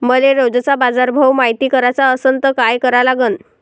मले रोजचा बाजारभव मायती कराचा असन त काय करा लागन?